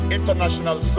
International